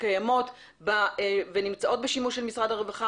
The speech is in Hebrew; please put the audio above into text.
שקיימות ונמצאות בשימוש של משרד הרווחה,